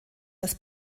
das